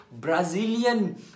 Brazilian